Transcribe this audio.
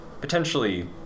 Potentially